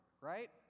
right